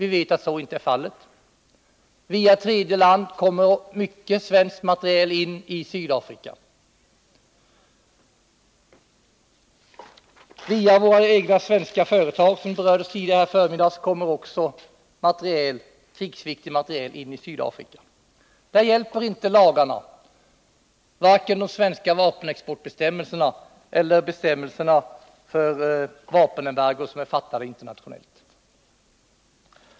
Vi vet att så inte är fallet; via tredje land kommer mycken svensk materiel in i Sydafrika. Via våra egna företag, som berördes tidigare i förmiddags, kommer också krigsviktig materiel in i Sydafrika. Där hjälper inte lagarna, varken de svenska vapenexportbestämmelserna eller de bestämmelser om vapenembargo som är beslutade internationellt.